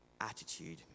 attitude